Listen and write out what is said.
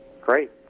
Great